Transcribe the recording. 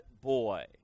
boy